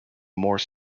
more